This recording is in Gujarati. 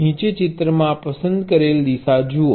નીચે ચિત્રમાં પસંદ કરેલ દિશા જુઓ